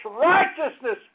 righteousness